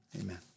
Amen